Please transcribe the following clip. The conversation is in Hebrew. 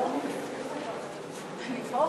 אני פה.